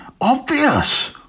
obvious